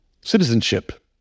citizenship